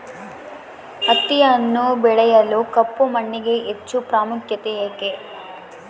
ಹತ್ತಿಯನ್ನು ಬೆಳೆಯಲು ಕಪ್ಪು ಮಣ್ಣಿಗೆ ಹೆಚ್ಚು ಪ್ರಾಮುಖ್ಯತೆ ಏಕೆ?